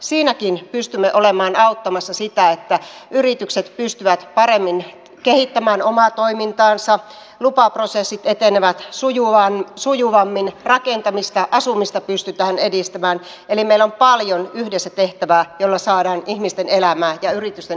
siinäkin pystymme olemaan auttamassa että yritykset pystyvät paremmin kehittämään omaa toimintaansa lupaprosessit etenevät sujuvammin rakentamista asumista pystytään edistämään eli meillä on paljon yhdessä tehtävää jolla saadaan ihmisten elämää ja yritysten elämää helpotettua